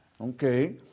Okay